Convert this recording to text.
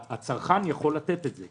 הצרכן יכול לתת את זה,